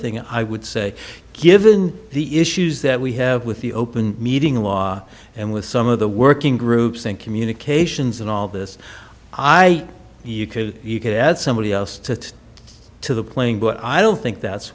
thing i would say given the issues that we have with the open meeting law and with some of the working groups and communications and all this i you could you could add somebody else to to the plane but i don't think that's